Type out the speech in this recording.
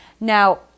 Now